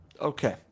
Okay